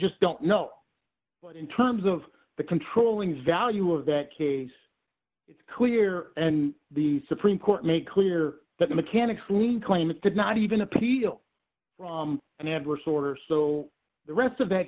just don't know what in terms of the controlling value of that case it's clear and the supreme court made clear that the mechanic who claims did not even appeal an adverse order so the rest of that